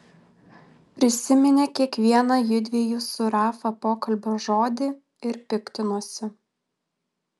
prisiminė kiekvieną jųdviejų su rafa pokalbio žodį ir piktinosi